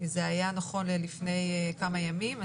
זה היה נכון ללפני כמה ימים.